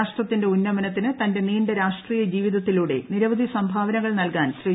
രാഷ്ട്രത്തിന്റെ ഉന്നമനത്തിന് തന്റെ നീണ്ട രാഷ്ട്രീയ ജീവിതത്തിലൂടെ നിരവധി സംഭാവനകൾ നൽകാൻ ശ്രീ